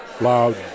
loud